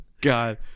God